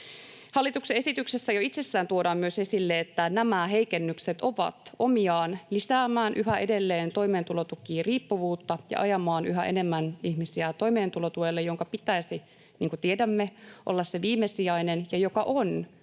Hallituksen esityksessä jo itsessään tuodaan myös esille, että nämä heikennykset ovat omiaan lisäämään yhä edelleen toimeentulotukiriippuvuutta ja ajamaan yhä enemmän ihmisiä toimeentulotuelle, jonka pitäisi, niin kuin tiedämme, olla se viimesijainen ja joka on yhä edelleen